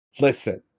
listen